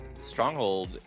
Stronghold